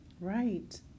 Right